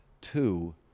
Two